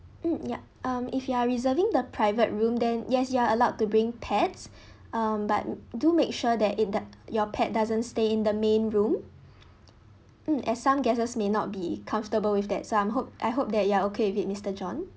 mm yup um if you are reserving the private room then yes you are allowed to bring pets um but do make sure that it does your pet doesn't stay in the main room mm as some guests may not be comfortable with that so I'm hope I hope that you are okay with it mister john